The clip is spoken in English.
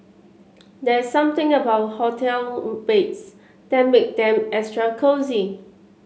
there's something about hotel beds that make them extra cosy